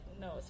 no